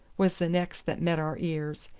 was the next that met our ears,